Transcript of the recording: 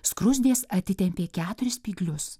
skruzdės atitempė keturis spyglius